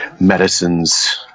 medicines